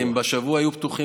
כי במהלך השבוע הם היו פתוחים.